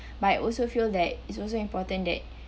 but I also feel that it's also important that